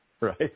right